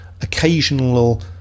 occasional